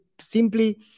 simply